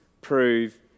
prove